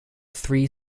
three